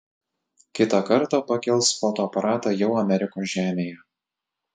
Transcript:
kitą kartą pakels fotoaparatą jau amerikos žemėje